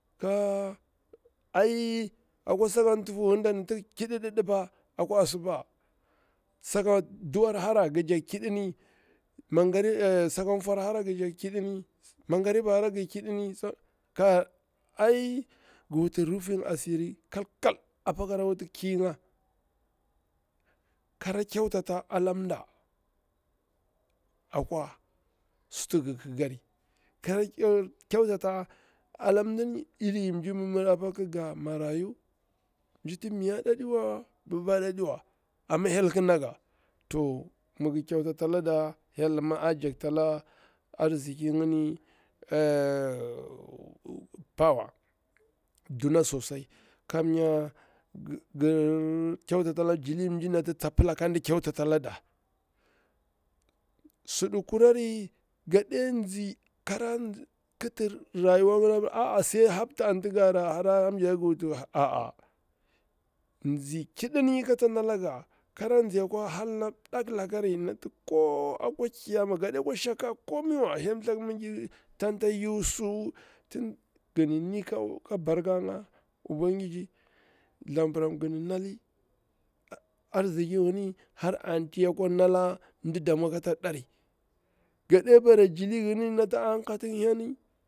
Ga ai akwa saka tufu na ginda ti ki ƙiɗa akwa asuba didipa, saka duwar hara gijakti ƙiɗini saka fwar hara gi jakti ƙidɨni, mangariba hara gi ƙiɗini, ka ai ngi wuti rufin asiri kal kal apa kara wuti ki nga, kara kyautata ala mda akwa suti gi ƙiƙari, kyantata ala mjini iri mji mirmiri, iri inji ga morayu, mjiti maya ɗa aɗiwa babbaɗa aɗiwa, amma hyel ƙi nalaga, to mi gir kyauta ta alada hyel nima ta jaktala arziki ngini power, duna sosai, kamnya gir kyautata ala jili mji nati tsa pila kan kyautata alada. Sudu kurari gaɗe tsi kara kiti rayuwa nga apir sai hamtu anti ngara harari apila ngi wutiwa aa, nzi ƙiɗini katsa nalanga, kara nzi akwa halna mdakilekari, ti ko akwa kiyema gaɗe kwa shakka koma wa hyel thaku gani arziki nagini antiya kiwa nda mda kati dari.